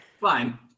Fine